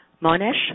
Monish